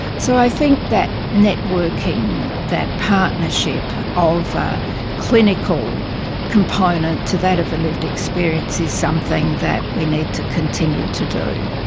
so i think that networking, that partnership of clinical component to that of a lived experience is something that we need to continue to do.